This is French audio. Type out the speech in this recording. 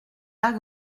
pas